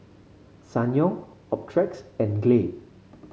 Ssangyong Optrex and Glade